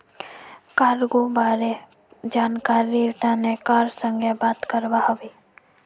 cargo बारे जानकरीर तने कार संगे बात करवा हबे